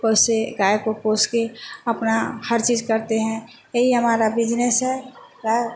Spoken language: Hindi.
पोसे गाय को पोस कर अपना हर चीज करते हैं यही हमारा बिजनेस है गाय